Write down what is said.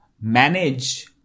manage